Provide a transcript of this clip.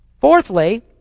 Fourthly